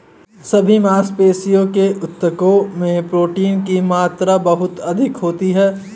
सभी मांसपेशियों के ऊतकों में प्रोटीन की मात्रा बहुत अधिक होती है